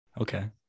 Okay